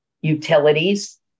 utilities